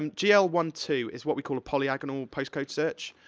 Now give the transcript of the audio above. um g l one two, is what we call a polyagonal post code search.